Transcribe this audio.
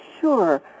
Sure